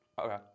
Okay